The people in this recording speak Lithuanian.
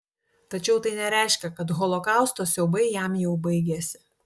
tačiau tai nereiškė kad holokausto siaubai jam jau baigėsi